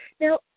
Now